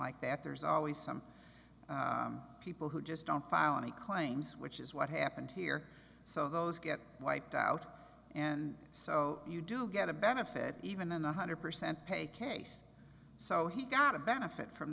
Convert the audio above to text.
like that there's always some people who just don't file any claims which is what happened here so those get wiped out and so you do get a benefit even the one hundred percent pay case so he got a benefit from